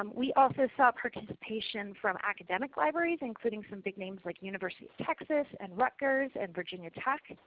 um we also saw participation from academic libraries including some big names like university of texas, and rutgers, and virginia tech.